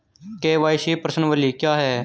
KYC प्रश्नावली क्या है?